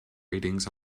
ratings